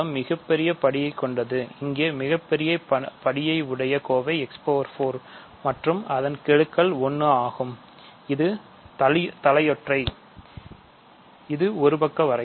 மறுபுறம் g x5 6 x 2 தலையொற்றை இது ஒரு பக்க வரையறை